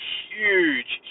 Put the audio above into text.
huge